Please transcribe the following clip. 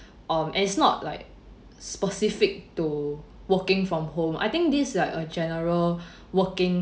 um and it's not like specific to working from home I think this like a general working